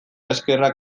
eskerrak